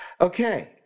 okay